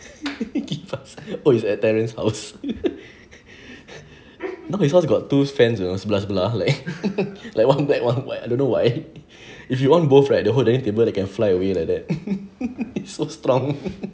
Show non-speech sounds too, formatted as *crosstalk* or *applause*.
*laughs* kipas oh it's at terrence's house *laughs* now his house got two fans you know sebelah-sebelah leh like one black one white I don't know why if you want both right the whole dining table that can fly away like that *laughs* it's so strong *laughs*